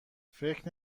فکر